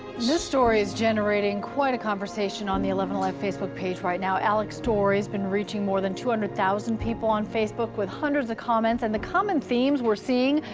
this story's generating quite a conversation on the eleven alive facebook page right now. alec's story's been reaching more then two hundred thousand people on facebook with hundreds of comments and the common themes we're seeing,